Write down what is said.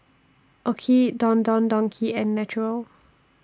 OKI Don Don Donki and Naturel